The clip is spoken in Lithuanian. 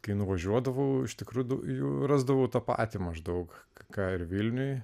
kai nuvažiuodavau iš tikrųjų jų rasdavau tą patį maždaug ką ir vilniuje